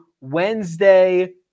wednesday